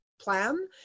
plan